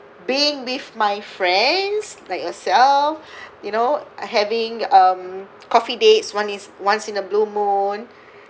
being with my friends like yourself you know uh having um coffee dates one is once in a blue moon